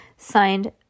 Signed